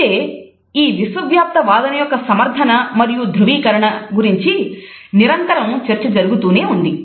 అయితే ఈ విశ్వవ్యాప్త వాదన యొక్క సమర్థన మరియు ధ్రువీకరణ గురించి నిరంతర చర్చ జరుగుతూనే ఉంది